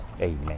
Amen